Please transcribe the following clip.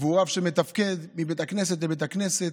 והוא רב שמתפקד מבית הכנסת לבית הכנסת,